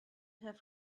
have